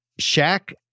Shaq